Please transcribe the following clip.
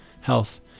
health